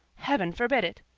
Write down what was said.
heaven forbid it!